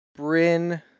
Bryn